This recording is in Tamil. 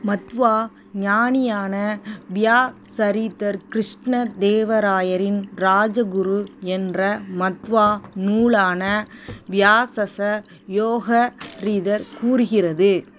மத்வ ஞானியான வியாசரித்தர் கிருஷ்ண தேவராயரின் ராஜகுரு என்ற மத்வ நூலான வியாச யோகரீதர் கூறுகிறது